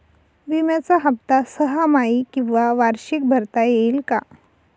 विम्याचा हफ्ता सहामाही किंवा वार्षिक भरता येईल का?